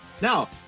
Now